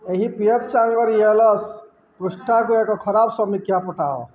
ଏହି ପ୍ରିୟ ଚାଙ୍ଗର ୟେଲସ୍ ପୃଷ୍ଠାକୁ ଏକ ଖରାପ ସମୀକ୍ଷା ପଠାଅ